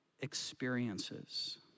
experiences